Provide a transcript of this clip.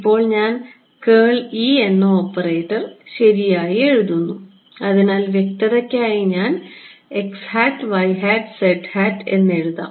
ഇപ്പോൾ ഞാൻ എന്ന ഈ ഓപ്പറേറ്റർ ശരിയായി എഴുതുന്നു അതിനാൽ വ്യക്തതയ്ക്കായി ഞാൻ എന്ന് എഴുതാം